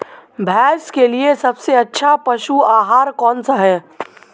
भैंस के लिए सबसे अच्छा पशु आहार कौनसा है?